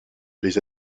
les